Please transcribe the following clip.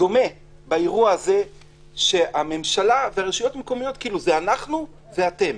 דומה שבאירוע הזה הממשלה והרשויות המקומיות זה "אנחנו ואתם".